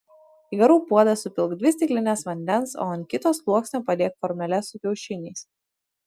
į garų puodą supilk dvi stiklines vandens o ant kito sluoksnio padėk formeles su kiaušiniais